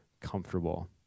comfortable